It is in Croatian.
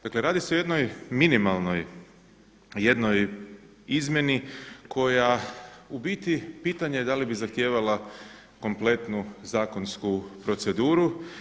Dakle radi se o jednoj minimalnoj, jednoj izmjeni koja u biti pitanje je da li bi zahtijevala kompletnu zakonsku proceduru.